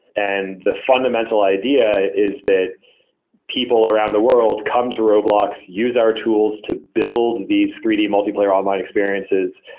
and the fundamental idea is that people around the world come to roblox, use our tools to build these three d multiplayer online experiences.